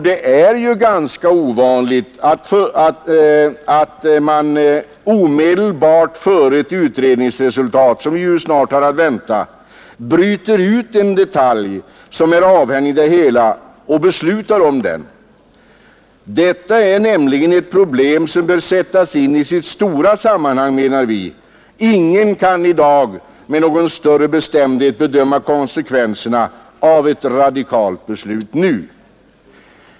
Det är också ganska ovanligt att vi omedelbart innan en utredning framlägger sitt resultat — och alkoholpolitiska utredningens betänkande är ju snart att vänta — bryter ut en detalj som är avhängig det hela och beslutar om den. Detta är ett problem som bör sättas in i sitt stora sammanhang. Ingen kan i dag med någon större säkerhet bedöma konsekvenserna av ett radikalt beslut nu.